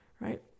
right